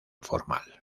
formal